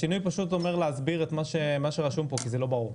השינוי אומר להסביר את מה שרשום כאן כי זה לא ברור.